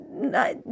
no